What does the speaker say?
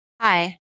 Hi